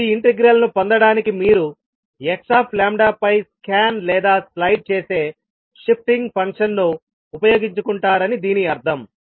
తుది ఇంటిగ్రల్ ను పొందడానికి మీరు xλ పై స్కాన్ లేదా స్లైడ్ చేసే షిఫ్టింగ్ ఫంక్షన్ను ఉపయోగించుకుంటారని దీని అర్థం